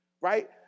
right